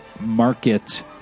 market